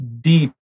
deep